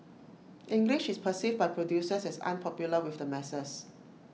English is perceived by producers as unpopular with the masses